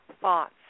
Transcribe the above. thoughts